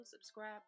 subscribe